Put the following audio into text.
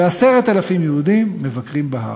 ו-10,000 יהודים מבקרים בהר.